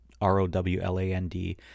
R-O-W-L-A-N-D